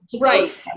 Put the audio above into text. Right